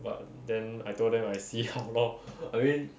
but then I told them I see how lor I mean